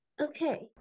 okay